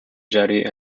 jetty